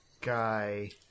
guy